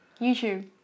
YouTube